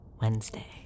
Wednesday